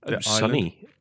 sunny